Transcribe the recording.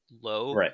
low